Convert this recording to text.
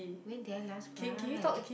when did I last cry